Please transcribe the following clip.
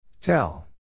Tell